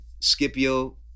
Scipio